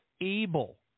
able